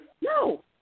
No